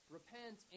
Repent